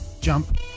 Jump